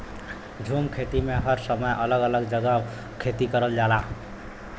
झूम खेती में हर समय अलग अलग जगह खेती करल जाला